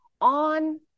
On